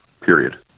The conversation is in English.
period